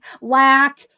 lack